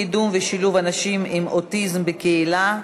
קידום ושילוב אנשים עם אוטיזם בקהילה,